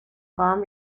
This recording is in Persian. خواهم